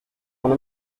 m’en